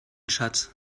schatz